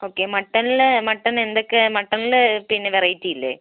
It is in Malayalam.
ഓക്കേ മട്ടനിൽ മട്ടൻ എന്തൊക്കെയാണ് മട്ടനിൽ പിന്നെ വെറൈറ്റി ഇല്ലേ